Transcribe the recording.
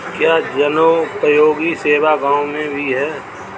क्या जनोपयोगी सेवा गाँव में भी है?